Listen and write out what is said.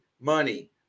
money